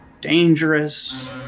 dangerous